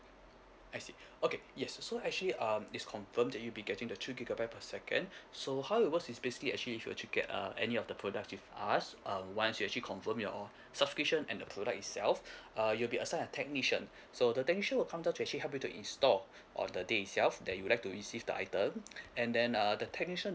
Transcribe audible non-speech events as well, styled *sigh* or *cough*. I see okay yes so actually um it's confirm that you'll be getting the two gigabyte per second *breath* so how it works is basically actually should you get err any of the product with us um once you actually confirm your subscription and the product itself *breath* uh you'll be assigned a technician so the technician will come to actually help you to install on the day itself that you'd like to receive the item and then uh the technician